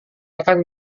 akan